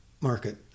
market